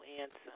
answer